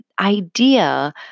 idea